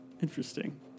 Interesting